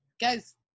guys